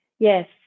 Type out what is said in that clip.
Yes